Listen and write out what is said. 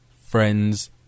friends